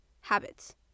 habits